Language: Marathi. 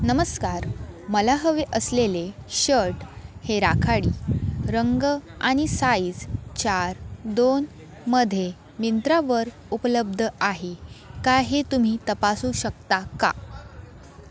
नमस्कार मला हवे असलेले शर्ट हे राखाडी रंग आणि साइझ चार दोनमध्ये मिंत्रावर उपलब्ध आहे का हे तुम्ही तपासू शकता का